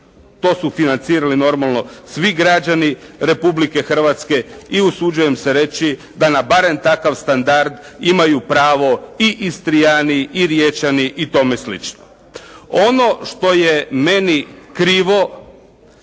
to su financirali normalno svi građani Republike Hrvatske i usuđujem se reći da na barem takav standard imaju pravo i Istrijani i Riječani i tome slično. Ono što je meni krivo